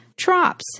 TROPS